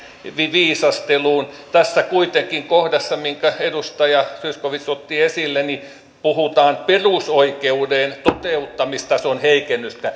viisasteluun tässä kohdassa kuitenkin minkä edustaja zyskowicz otti esille puhutaan perusoikeuden toteuttamistason